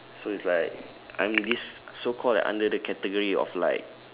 so it's like I'm this so called under the category of like